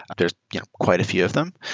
but there's yeah quite a few of them.